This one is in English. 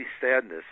sadness